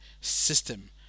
system